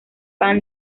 pan